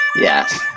Yes